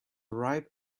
ripe